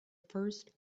first